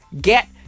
get